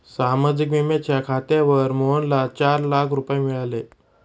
सामाजिक विम्याच्या खात्यावर मोहनला चार लाख रुपये मिळाले